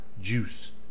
Juice